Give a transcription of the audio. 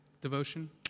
devotion